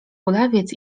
kulawiec